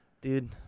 Dude